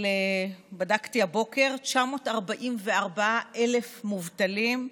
בדקתי הבוקר, 944,000 מובטלים,